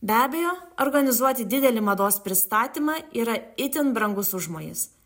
be abejo organizuoti didelį mados pristatymą yra itin brangus užmojis